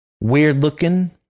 weird-looking